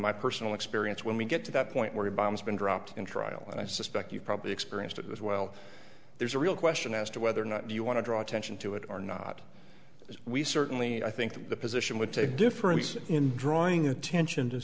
my personal experience when we get to that point where the bombs been dropped in trial and i suspect you've probably experienced it as well there's a real question as to whether or not you want to draw attention to it or not as we certainly i think the position would take difference in drawing attention to